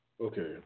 Okay